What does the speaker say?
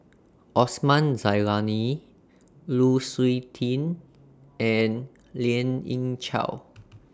Osman Zailani Lu Suitin and Lien Ying Chow